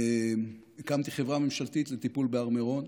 הקמתי חברה ממשלתית לטיפול בהר מירון.